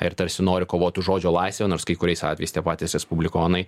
ir tarsi nori kovot už žodžio laisvę nors kai kuriais atvejais tie patys respublikonai